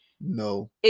no